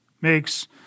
makes